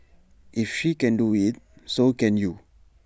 if she can do IT so can you